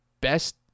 best